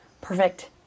Perfect